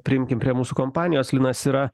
priimkim prie mūsų kompanijos linas yra